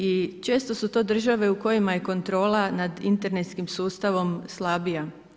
I često su to države u kojima je kontrola nad internetskim sustavom slabija.